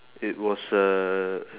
it was a